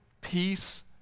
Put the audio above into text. peace